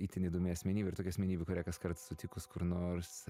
itin įdomi asmenybė ir tokia asmenybė kurią kaskart sutikus kur nors